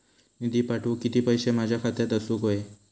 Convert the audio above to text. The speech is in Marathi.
निधी पाठवुक किती पैशे माझ्या खात्यात असुक व्हाये?